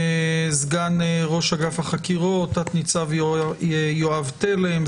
סגן ראש אגף החקירות תת-ניצב יואב תלם,